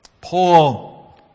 Paul